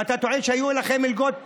ואתה טוען שהיו לכם מלגות באילת.